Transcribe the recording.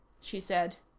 she said.